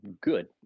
good